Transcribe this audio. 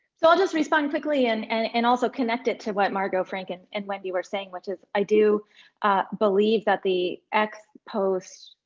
so i'll just respond quickly and and and also connect it to what margot, frank, and and wendy were saying, which is i do believe that the ex post